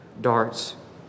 darts